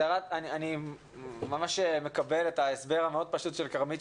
אני מקבל את ההסבר הפשוט מאוד של כרמית,